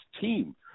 team